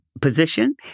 position